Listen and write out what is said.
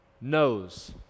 knows